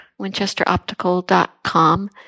winchesteroptical.com